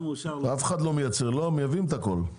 אף אחד לא מייצר הרי, מביאים את הכל?